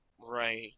right